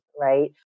right